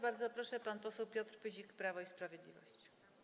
Bardzo proszę, pan poseł Piotr Pyzik, Prawo i Sprawiedliwość.